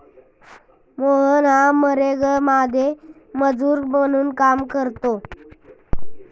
मोहन हा मनरेगामध्ये मजूर म्हणून काम करतो